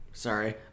Sorry